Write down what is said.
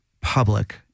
public